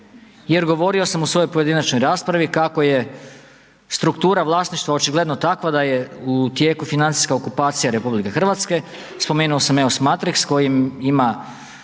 jer govorio sam u svojoj pojedinačnoj raspravi kako je struktura vlasništva očigledno takva da je u tijeku financijska okupacija RH. Spomenuo sam EOS Matrix koji ima